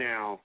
Now